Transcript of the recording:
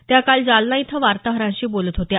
त्या काल जालना इथं वार्ताहरांशी बोलत होत्या